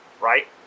Right